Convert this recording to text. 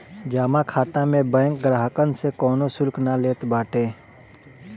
जमा खाता में बैंक ग्राहकन से कवनो शुल्क ना लेत बाटे